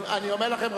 אני אומר לכם,